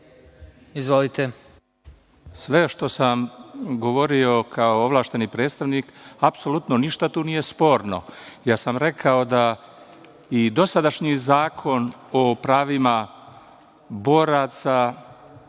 Delić** Sve što sam govorio kao ovlašćeni predstavnik apsolutno ništa tu nije sporno. Ja sam rekao da i dosadašnji Zakon o pravima boraca,